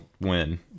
win